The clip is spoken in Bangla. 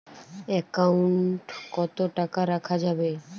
একাউন্ট কত টাকা রাখা যাবে?